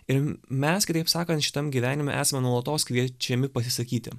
ir mes kitaip sakant šitam gyvenime esame nuolatos kviečiami pasisakyti